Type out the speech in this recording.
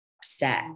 upset